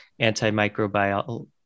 antimicrobial